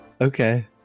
Okay